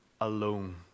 alone